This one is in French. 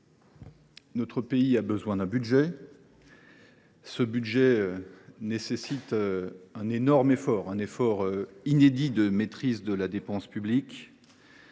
notre pays a besoin d’un budget. Ce budget nécessite un effort inédit de maîtrise de la dépense publique,